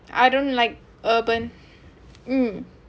I don't like urban um